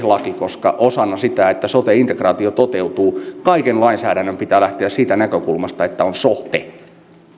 laki koska osana sitä että sote integraatio toteutuu kaiken lainsäädännön pitää lähteä siitä näkökulmasta että on so te